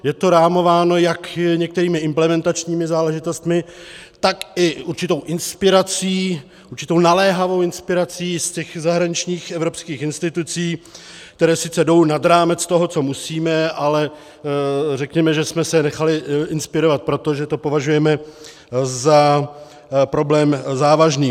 Je to rámováno jak některými implementačními záležitostmi, tak i určitou inspirací, určitou naléhavou inspirací ze zahraničních evropských institucí, které sice jdou nad rámec toho, co musíme, ale řekněme, že jsme se nechali inspirovat proto, že to považujeme za problém závažný.